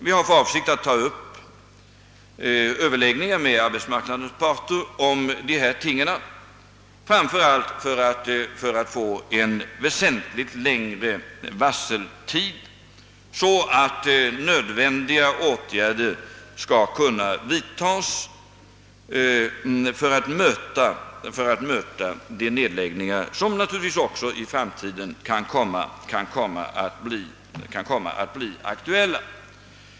Vi har för avsikt att ta upp överläggningar med arbetsmarknadens parter om detta, framför allt för att få en väsentligt längre varseltid, så att nödvändiga åtgärder skall kunna vidtagas för att möta de nedläggningar som naturligtvis också i framtiden kan komma att bli aktuella.